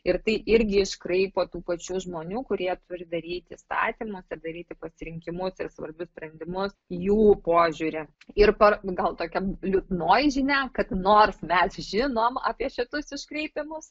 ir tai irgi iškraipo tų pačių žmonių kurie turi daryti įstatymus ir daryti pasirinkimus ir svarbius sprendimus jų požiūrį ir per gal tokiam liūdnoji žinia kad nors mes žinom apie šitus iškraipymus